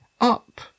up